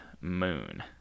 moon